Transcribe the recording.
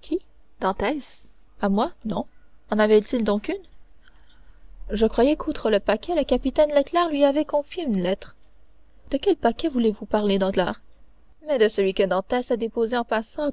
qui dantès à moi non en avait-il donc une je croyais qu'outre le paquet le capitaine leclère lui avait confié une lettre de quel paquet voulez-vous parler danglars mais de celui que dantès a déposé en passant